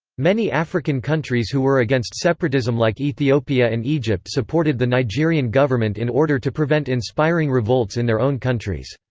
many african countries who were against separatism like ethiopia and egypt supported the nigerian government in order to prevent inspiring revolts in their own countries.